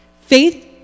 Faith